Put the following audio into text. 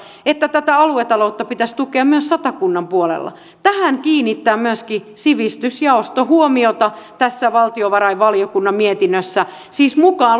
että aluetaloutta pitäisi tukea myös satakunnan puolella tähän kiinnittää myöskin sivistysjaosto huomiota tässä valtiovarainvaliokunnan mietinnössä siis